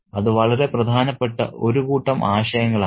അത് വളരെ പ്രധാനപ്പെട്ട ഒരു കൂട്ടം ആശയങ്ങളാണ്